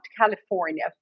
California